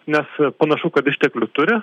nes panašu kad išteklių turi